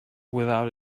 without